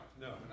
No